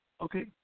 Okay